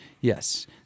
Yes